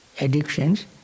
addictions